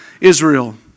Israel